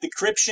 decryption